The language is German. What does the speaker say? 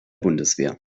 bundeswehr